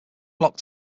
block